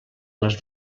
les